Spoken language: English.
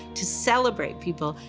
to celebrate people.